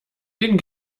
den